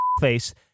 face